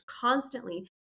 constantly